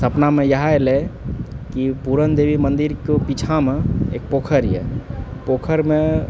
सपना इएह अएलै कि पूरण देवी मन्दिरके पिछाँमे एक पोखरि अइ पोखरिमे